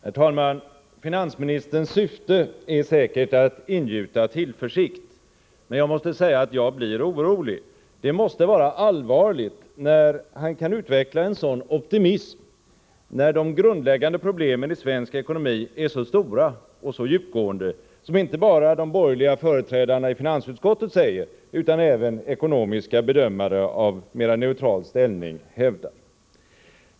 Herr talman! Finansministerns syfte är säkert att ingjuta tillförsikt, men jag måste säga att jag blir orolig. Det måste vara allvarligt när finansministern kan utveckla en sådan optimism då de grundläggande problemen i svensk ekonomi är så stora och djupgående, som inte bara borgerliga företrädare i finansutskottet säger utan även ekonomiska bedömare av mera neutral ställning hävdar.